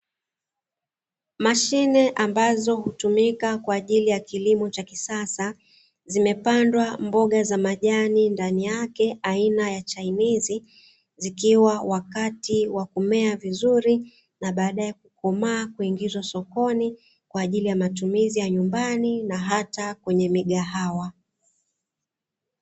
Mashine ambazo hutumika kwa ajili ya kilimo cha kisasa, zimepandwa mboga za majani ndani yake aina ya chainizi, zikiwa wakati wa kumea vizuri na baadae kukomaa kuingizwa sokoni, kwa ajili ya matumizi ya nyumbani na hata kwenye migahawa.